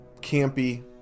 campy